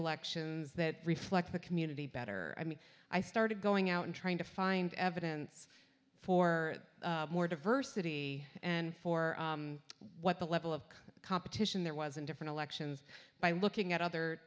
elections that reflect the community better i mean i started going out and trying to find evidence for more diversity and for what the level of competition there was in different elections by looking at other